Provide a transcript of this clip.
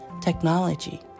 technology